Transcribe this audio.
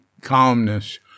calmness